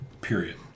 period